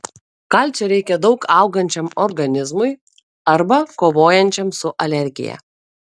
kalcio reikia daug augančiam organizmui arba kovojančiam su alergija